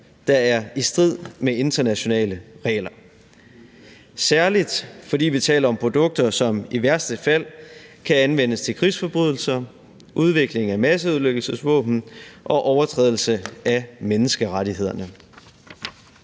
der er i strid med internationale regler – særlig fordi vi taler om produkter, som i værste fald kan anvendes til krigsforbrydelser, udvikling af masseødelæggelsesvåben og overtrædelser af menneskerettighederne.